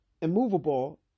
immovable